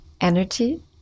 energy